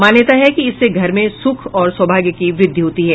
मान्यता है कि इससे घर में सुख और सौभाग्य की वृद्धि होती है